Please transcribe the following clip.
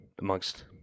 Amongst